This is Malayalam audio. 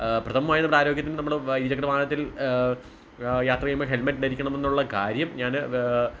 പ്രഥമമായി നമ്മുടെ ആരോഗ്യത്തിന് നമ്മൾ ഇരുചക്രവാഹനത്തിൽ യാത്ര ചെയ്യുമ്പം ഹെൽമെറ്റ് ധരിക്കണമെന്നുള്ള കാര്യം ഞാൻ